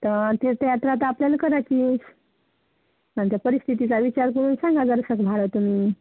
तर तीर्थयात्रा तर आपल्याला करायचीच आमच्या परिस्थितीचा विचार करून सांगा जरासेक भाडं तुम्ही